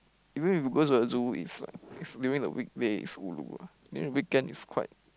even if we go to the zoo is like is during the weekday is ulu ah during the weekend is quite